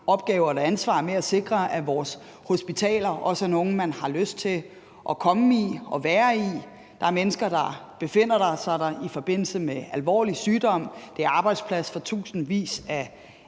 opgave med og et ansvar for at sikre, at vores hospitaler også er nogle, man har lyst til at komme på og være i. Der er mennesker, der befinder sig der i forbindelse med alvorlig sygdom; de er arbejdsplads for tusindvis af